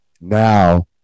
now